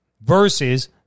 Versus